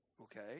Okay